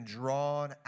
drawn